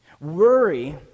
Worry